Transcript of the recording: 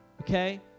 okay